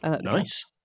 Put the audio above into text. nice